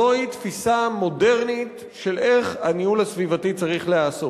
זוהי תפיסה מודרנית של איך הניהול הסביבתי צריך להיעשות.